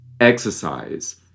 Exercise